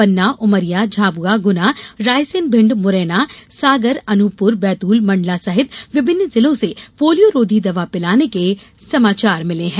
पन्ना उमरिया झाबुआगुना रायसेनभिण्ड मुरैना सागर अनूपपुर बैतूल मंडला सहित विभिन्न जिलों से पोलियो रोधी दवा पिलाने के समाचार मिले हैं